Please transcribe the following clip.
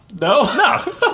No